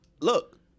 Look